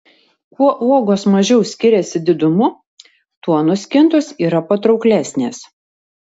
kuo uogos mažiau skiriasi didumu tuo nuskintos yra patrauklesnės